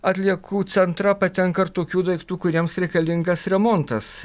atliekų centrą patenka ir tokių daiktų kuriems reikalingas remontas